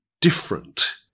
different